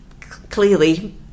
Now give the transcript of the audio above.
Clearly